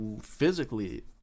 physically